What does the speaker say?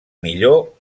millor